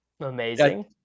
Amazing